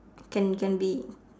can can be